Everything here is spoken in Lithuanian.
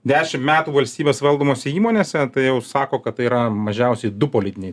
dešim metų valstybės valdomose įmonėse tai jau sako kad tai yra mažiausiai du politiniai